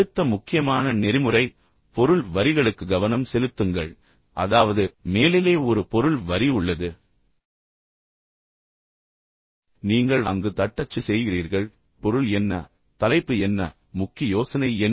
அடுத்த முக்கியமான நெறிமுறை பொருள் வரிகளுக்கு கவனம் செலுத்துங்கள் அதாவது மேலே ஒரு பொருள் வரி உள்ளது நீங்கள் அங்கு தட்டச்சு செய்கிறீர்கள் பொருள் என்ன தலைப்பு என்ன முக்கிய யோசனை என்ன